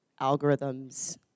algorithms